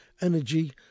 energy